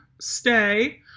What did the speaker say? stay